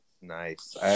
Nice